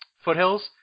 foothills